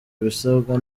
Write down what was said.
ibisabwa